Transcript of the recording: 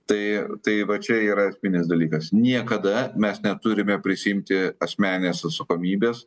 tai tai va čia yra esminis dalykas niekada mes neturime prisiimti asmeninės atsakomybės